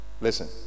listen